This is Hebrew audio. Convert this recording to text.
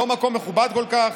לא מקום מכובד כל כך,